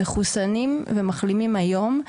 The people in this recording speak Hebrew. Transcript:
מחסונים ומחלימים היום,